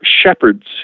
shepherds